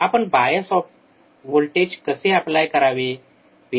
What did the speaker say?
आपण bias voltage कसे apply करावे